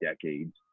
decades